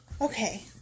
Okay